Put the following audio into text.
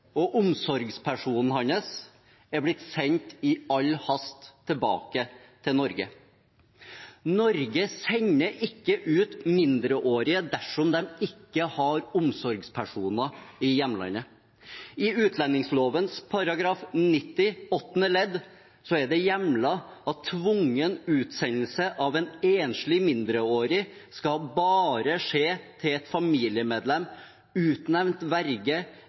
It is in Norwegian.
hans, omsorgspersonen hans, er blitt sendt i all hast tilbake til Norge. Norge sender ikke ut mindreårige dersom de ikke har omsorgspersoner i hjemlandet. I utlendingsloven § 90 åttende ledd er det hjemlet at: «Tvungen utsendelse av en enslig mindreårig skal bare skje til et familiemedlem, utnevnt